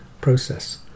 process